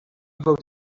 about